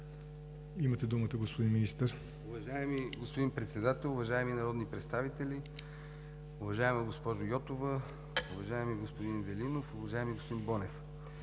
Имате думата, господин Министър.